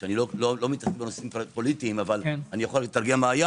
אני לא מתערב בנושאים פוליטיים אבל אני יכול לתרגם מה היה